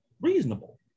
reasonable